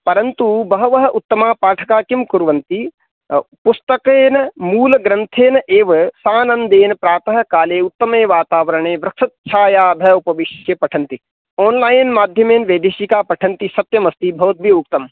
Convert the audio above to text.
परन्तु बहवः उत्तमा पाठका किं कुर्वन्ति पुस्तकेन मूलग्रन्थेन एव सानन्देन प्रातःकाले उत्तमे वातावरणे वृक्षछायाः अधः उपविश्य पठन्ति आन्लैन् माध्यमेन वैदेशिकाः पठन्ति सत्यम् अस्ति भवद्भिः उक्तम्